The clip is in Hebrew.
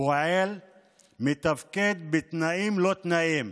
פועל ומתפקד בתנאים לא תנאים.